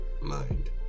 mind